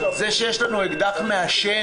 זה שיש לנו אקדח מעשן,